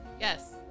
Yes